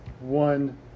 one